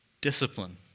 discipline